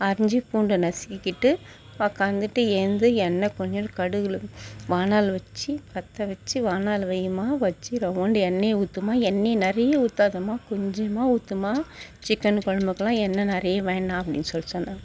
அரிஞ்சி பூண்டை நசிக்கிக்கிட்டு உக்காந்துட்டு எழுந்து எண்ணெய் கொஞ்சோண்டு கடுகில் வாணல் வச்சு பற்ற வச்சு வாணலி வைம்மா வச்சு ரவ்வோண்டு எண்ணெய் ஊற்றுமா எண்ணெயை நிறைய ஊற்றுதமா கொஞ்சமாக ஊற்றுமா சிக்கனு குழம்புக்கெல்லாம் எண்ணெய் நிறைய வேண்டாம் அப்படினு சொல்லி சொன்னாங்க